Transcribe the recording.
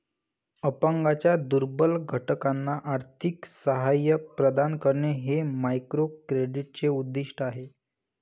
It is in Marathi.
अपंगांच्या दुर्बल घटकांना आर्थिक सहाय्य प्रदान करणे हे मायक्रोक्रेडिटचे उद्दिष्ट आहे